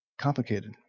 complicated